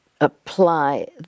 apply